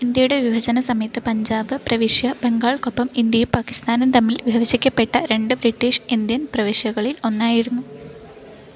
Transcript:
ഇന്ത്യയുടെ വിഭജന സമയത്ത് പഞ്ചാബ് പ്രവിശ്യ ബംഗാൾക്കൊപ്പം ഇന്ത്യയും പാകിസ്ഥാനും തമ്മിൽ വിഭജിക്കപ്പെട്ട രണ്ട് ബ്രിട്ടീഷ് ഇന്ത്യൻ പ്രവിശ്യകളിൽ ഒന്നായിരുന്നു